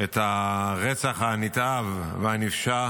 את הרצח הנתעב והנפשע